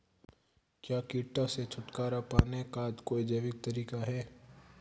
क्या कीटों से छुटकारा पाने का कोई जैविक तरीका है?